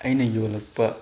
ꯑꯩꯅ ꯌꯣꯜꯂꯛꯄ